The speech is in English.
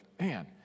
man